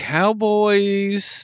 Cowboys